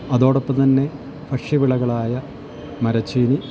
അതോടൊപ്പം തന്നെ ഭക്ഷ്യവിളകളായ മരച്ചീനി